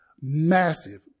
Massive